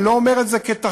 אני לא אומר את זה כתחליף.